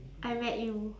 I met you